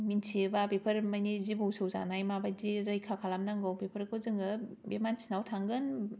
मिनथियोबा बेफोर मानि जिबौ सौजानाय माबादि रैखा खालामनांगौ बेफोरखौ जोङो बे मानसिनाव थांगोन